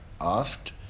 asked